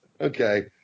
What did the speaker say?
Okay